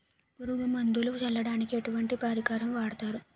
పురుగు మందులు చల్లడానికి ఎటువంటి పరికరం వాడతారు?